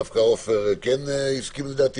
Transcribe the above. דווקא עופר כן הסכים לדעתי